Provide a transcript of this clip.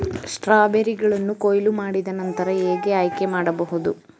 ಸ್ಟ್ರಾಬೆರಿಗಳನ್ನು ಕೊಯ್ಲು ಮಾಡಿದ ನಂತರ ಹೇಗೆ ಆಯ್ಕೆ ಮಾಡಬಹುದು?